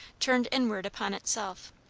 turned inward upon itself.